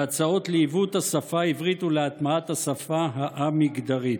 והצעות לעיוות השפה העברית ולהטמעת השפה המגדרית.